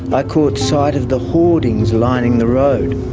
but caught sight of the hoardings lining the road.